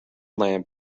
lamp